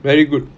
very good